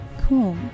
Cool